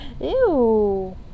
Ew